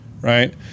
right